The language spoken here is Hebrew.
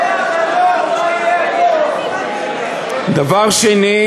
אדוני היושב-ראש,